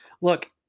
Look